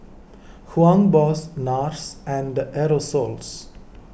Hugo Boss Nars and Aerosoles